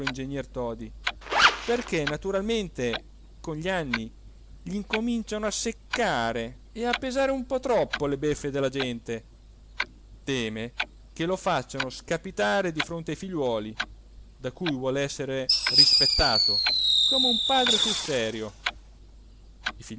ingegner todi perché naturalmente con gli anni gli cominciano a seccare e a pesare un po troppo le beffe della gente teme che lo facciano scapitare di fronte ai figliuoli da cui vuol essere rispettato come un padre sul serio